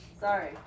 Sorry